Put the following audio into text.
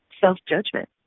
self-judgment